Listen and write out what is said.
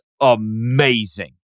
amazing